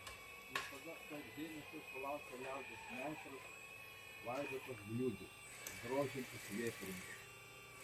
visada daug dėmesio sulaukia liaudies meistras vaidotas bliūdžius drožiantis vėtrunges